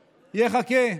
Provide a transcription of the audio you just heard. יחכה.